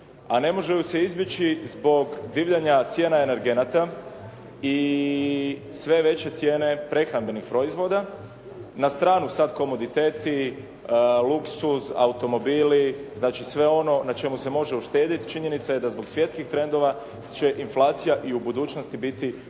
a ne može ju se izbjeći zbog divljanja cijena energenata i sve veće cijene prehrambenih proizvoda. Na stranu sad komoditeti, luksuz, automobili, znači sve ono na čemu se može uštedjeti. Činjenica je da zbog svjetskih trendova će inflacija i u budućnosti biti